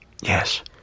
Yes